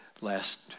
last